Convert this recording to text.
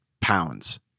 pounds